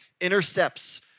intercepts